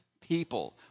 people